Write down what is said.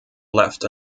left